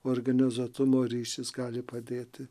organizuotumo ryšys gali padėti